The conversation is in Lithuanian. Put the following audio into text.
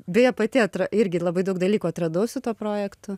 beje pati atra irgi labai daug dalykų atradau su tuo projektu